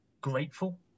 grateful